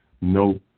No